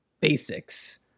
Basics